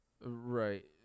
Right